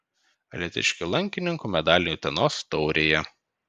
alytiškių lankininkų medaliai utenos taurėje